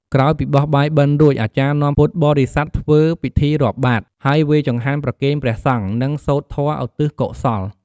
ក្រោយពីបោះបាយបិណ្ឌរួច អាចារ្យនាំពុទ្ធបរិស័ទធ្វើពិធីរាប់បាត្រ ហើយវេរចង្ហាន់ប្រគេនព្រះសង្ឃ និងសូត្រធម៌ឧទ្ទិសកុសល។